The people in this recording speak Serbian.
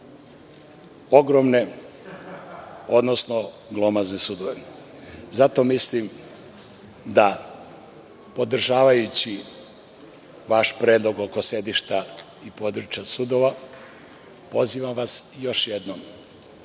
ogromne, odnosno glomazne sudove. Podržavajući vaš predlog oko sedišta i područja sudova, pozivam vas još jednom